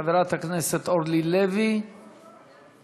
חברת הכנסת אורלי לוי, איננה.